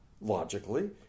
Logically